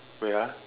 wait ah